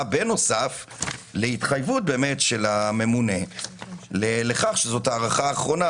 בנוסף להתחייבות של הממונה לכך שזאת ההארכה האחרונה.